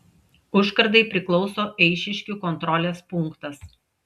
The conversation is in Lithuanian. užkardai priklauso eišiškių kontrolės punktas